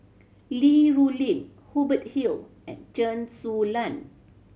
Li Rulin Hubert Hill and Chen Su Lan